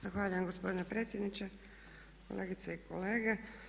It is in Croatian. Zahvaljujem gospodine predsjedniče, kolegice i kolege.